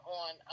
on